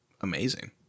amazing